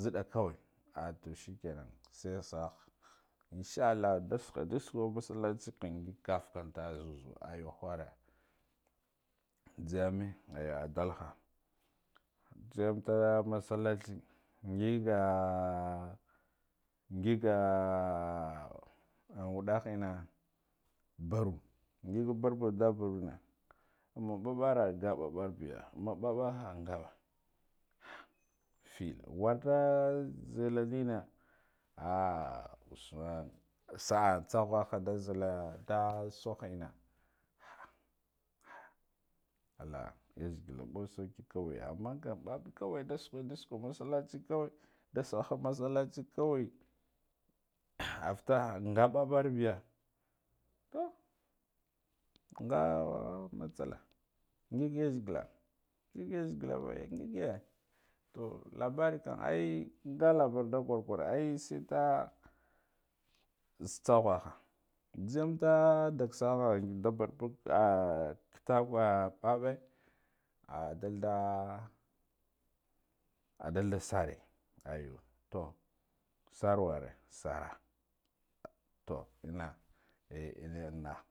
zaid a kawa adoh shikenan se saha in sha allah da sukwa da sukwa mas alachika ngig kaf kan da zuzuwa ayo whara zhigame aya a dalha ghig m da masalachi ngiga ngiga au wudah ina bata ngig barbar da barma amma ɓaɓara nga ɓaɓar biga ma ɓaɓaha aaba ha fill warɗa zilazine ah ushan n tsaghaha da zila da soha ina ha ahaha allah yazgila mɓo soki ka wai aman kam ɓab kawai da sukwe da sukwe masalachi kawai da salla masalchi kawai afutaha nga ɓaba rbiya to nga matsala ngig yazgil a ngig yazigilaba ngige to labari kan ai nga labarda kawakwa ai seta shh tsaghana jhiyeem duksaha da barbuk ahh kitakwe ɓaɓe ah dalda adalda sare ayo to sar ware sare ina ehh ina na